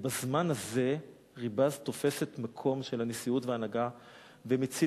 ובזמן הזה ריב"ז תופס את המקום של הנשיאות וההנהגה ומציל